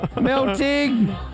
Melting